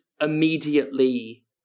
immediately